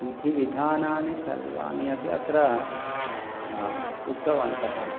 विधिविधानानि सर्वाणि अपि अत्र उक्तवन्तः